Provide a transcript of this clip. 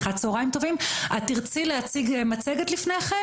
את תירצי להציג מצגת לפני כן,